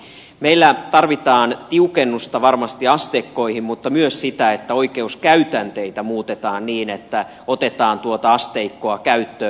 meillä tarvitaan tiukennusta varmasti asteikkoihin mutta myös sitä että oikeuskäytänteitä muutetaan niin että otetaan tuota asteikkoa käyttöön